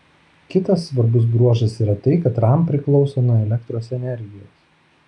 kitas svarbus bruožas yra tai kad ram priklauso nuo elektros energijos